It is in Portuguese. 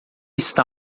está